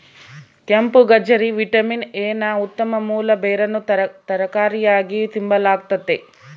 ಕೆಂಪುಗಜ್ಜರಿ vitamin A ನ ಉತ್ತಮ ಮೂಲ ಬೇರನ್ನು ತರಕಾರಿಯಾಗಿ ತಿಂಬಲಾಗ್ತತೆ